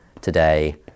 today